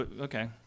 okay